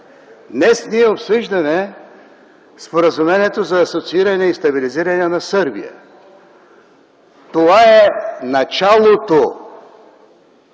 Днес ние обсъждаме Споразумението за асоцииране и стабилизиране на Сърбия. Това е началото,